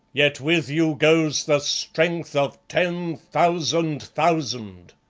yet with you goes the strength of ten thousand thousand.